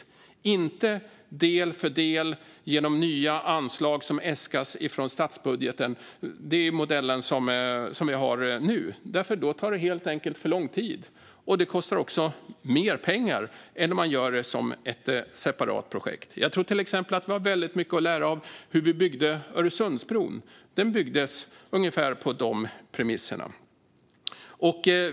De ska inte byggas del för del genom nya anslag som äskas från statsbudgeten, vilket är modellen vi har nu, för då tar det för lång tid. Det kostar också mer pengar än om man gör det som ett separat projekt. Vi kan lära mycket av hur Öresundsbron byggdes, för den byggdes på ungefär de premisserna. Fru talman!